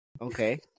Okay